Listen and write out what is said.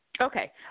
Okay